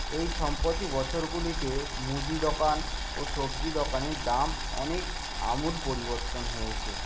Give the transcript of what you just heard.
এই সম্প্রতি বছরগুলিতে মুদি দোকান ও সবজি দোকানের দাম অনেক আমূল পরিবর্তন হয়েছে